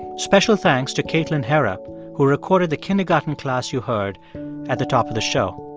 special thanks to katelyn harrop, who recorded the kindergarten class you heard at the top of the show.